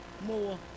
more